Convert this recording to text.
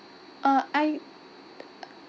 uh I